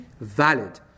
valid